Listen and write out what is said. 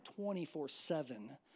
24-7